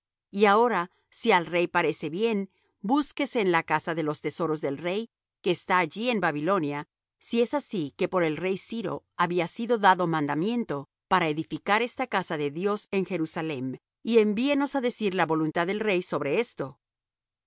y ahora si al rey parece bien búsquese en la casa de los tesoros del rey que está allí en babilonia si es así que por el rey ciro había sido dado mandamiento para edificar esta casa de dios en jerusalem y envíenos á decir la voluntad del rey sobre esto entonces el